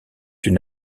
une